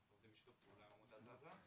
אנחנו עובדים בשיתוף פעולה עם עמותת "זזה".